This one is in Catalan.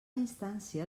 instància